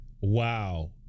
Wow